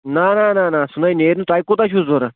نَہ نَہ نَہ نَہ سُہ نٔے نیرِ نہٕ تۄہہِ کوٗتاہ چھُو ضرورَت